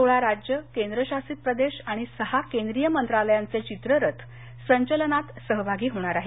सोळा राज्य केंद्र शासित प्रदेश आणि सहा केंद्रीय मंत्रालयांचे चित्ररथ संचलनात सहभागी होणार आहेत